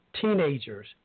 teenagers